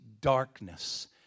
darkness